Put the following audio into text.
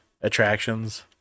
attractions